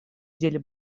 деле